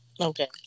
Okay